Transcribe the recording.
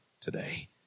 today